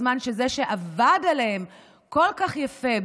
בזמן שזה שעבר עליהם כל כך יפה,